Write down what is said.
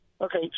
Okay